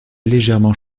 légèrement